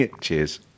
cheers